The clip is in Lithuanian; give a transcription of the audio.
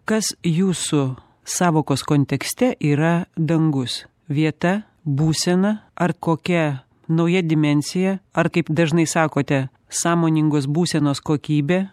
kas jūsų sąvokos kontekste yra dangus vieta būsena ar kokia nauja dimensija ar kaip dažnai sakote sąmoningos būsenos kokybė